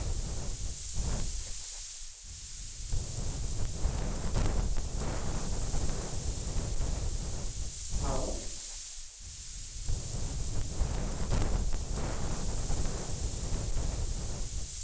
ओ एख एखनो नालन्दा बिश्बिद्यालय मौजूद छै तऽ एहि हँ आ तेकरा बाद एकरा एकरा पहिनेसँ जानिते होयबै आहाँ सब यहाँ मल्ल मगध बिश्बिद्या मगधके रहथिन जरासन्ध